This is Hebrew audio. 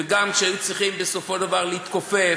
וגם כשהיו צריכים בסופו של דבר להתכופף,